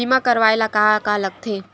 बीमा करवाय ला का का लगथे?